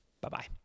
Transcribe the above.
Bye-bye